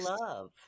love